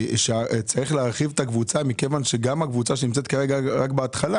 שצריך להרחיב את הקבוצה מכיוון שגם הקבוצה שנמצאת כרגע רק בהתחלה